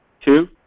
Two